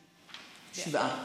שבעה.